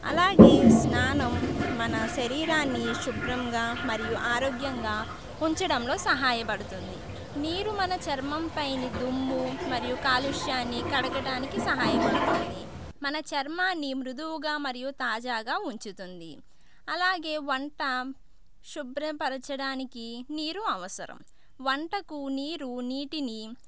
అలాగే స్నానం మన శరీరాన్ని శుభ్రంగా మరియు ఆరోగ్యంగా ఉంచడంలో సహాయపడుతుంది నీరు మన చర్మం పైన దుమ్ము మరియు కాలుష్యాన్ని కడగటానికి సహాయపడుతుంది మన చర్మాన్ని మృదువుగా మరియు తాజాగా ఉంచుతుంది అలాగే వంట శుభ్రపరచడానికి నీరు అవసరం వంటకు నీరు నీటిని